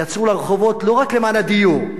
יצאו לרחובות לא רק למען הדיור,